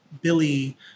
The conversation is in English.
Billy